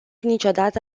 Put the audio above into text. niciodată